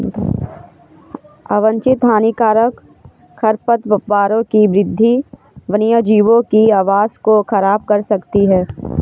अवांछित हानिकारक खरपतवारों की वृद्धि वन्यजीवों के आवास को ख़राब कर सकती है